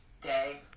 day